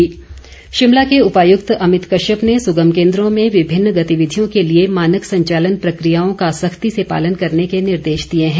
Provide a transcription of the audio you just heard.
अमित कश्यप शिमला के उपायुक्त अमित कश्यप ने सुगम केन्द्रों में विभिन्न गतिविधियों के लिए मानक संचालन प्रकियाओं का सख्ती से पालन करने के निर्देश दिए हैं